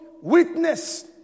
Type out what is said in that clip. witness